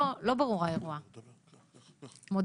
לא ברור האירוע, מודה.